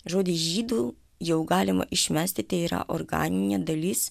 žodis žydų jau galima išmesti yra organinė dalis